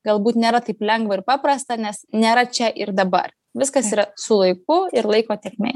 galbūt nėra taip lengva ir paprasta nes nėra čia ir dabar viskas yra su laiku ir laiko tėkmėje